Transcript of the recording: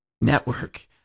network